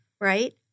right